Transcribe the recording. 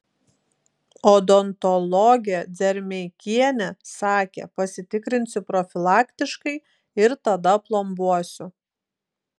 odontologė dzermeikienė sakė pasitikrinsiu profilaktiškai ir tada plombuosiu